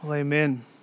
Amen